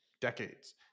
decades